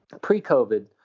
pre-COVID